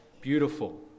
beautiful